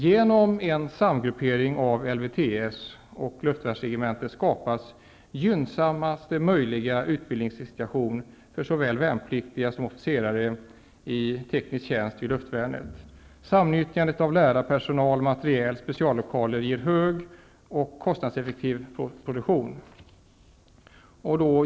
Genom en samgruppering av LvTS och ett luftvärnsregemente skapas gynnsammaste möjliga utbildningssituation för såväl värnpliktiga som officerare i teknisk tjänst vid luftvärnet. Samnyttjande av lärarpersonal, materiel och speciallokaler ger hög och kostnadseffektiv produktion.